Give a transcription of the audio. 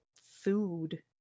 food